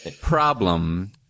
problem